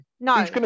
No